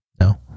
No